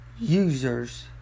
users